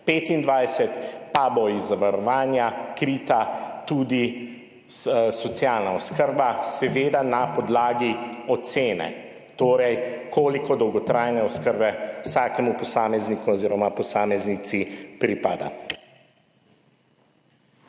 2025 pa bo iz zavarovanja krita tudi socialna oskrba. Seveda na podlagi ocene, koliko dolgotrajne oskrbe vsakemu posamezniku oziroma posameznici pripada.